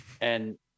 And-